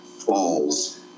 falls